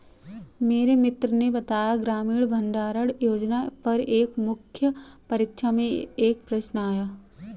मेरे मित्र ने बताया ग्रामीण भंडारण योजना पर मुख्य परीक्षा में एक प्रश्न आया